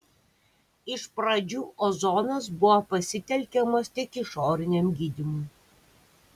iš pradžių ozonas buvo pasitelkiamas tik išoriniam gydymui